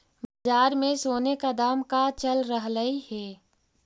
बाजार में सोने का दाम का चल रहलइ हे